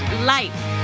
life